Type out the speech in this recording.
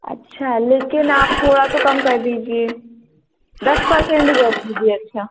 अच्छा लेकिन आप थोड़ा तो कम कर दीजिए दस पर्सेन्ट ही कर दीजिए अच्छा